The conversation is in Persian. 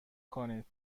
کنید